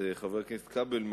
חבר הכנסת כבל,